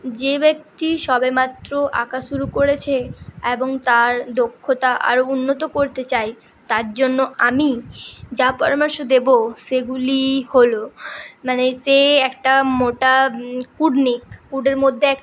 যে ব্যক্তি সবেমাত্র আঁকা শুরু করেছে এবং তার দক্ষতা আরও উন্নত করতে চায় তার জন্য আমি যা পরামর্শ দেবো সেগুলি হলো মানে সে একটা মোটা উড নিক উডের মধ্যে একটা